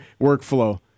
workflow